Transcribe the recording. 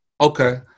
Okay